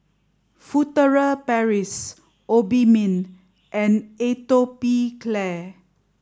Furtere Paris Obimin and Atopiclair